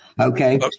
Okay